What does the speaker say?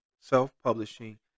self-publishing